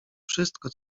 wszystko